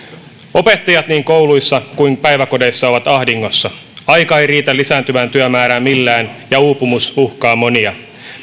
opettajat niin kouluissa kuin päiväkodeissa ovat ahdingossa aika ei riitä lisääntyvään työmäärään millään ja uupumus uhkaa monia